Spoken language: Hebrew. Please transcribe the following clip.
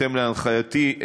בהתאם להנחייתי,